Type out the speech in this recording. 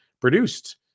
produced